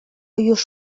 już